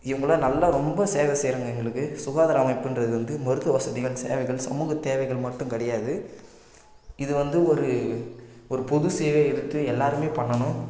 இவங்களாம் நல்லா ரொம்ப சேவை செய்கிறாங்க எங்களுக்கு சுகாதார அமைப்புன்றது வந்து மருத்துவ வசதிகள் சேவைகள் சமூக தேவைகள் மட்டும் கிடையாது இது வந்து ஒரு ஒரு பொது சேவை எடுத்து எல்லாரும் பண்ணணும்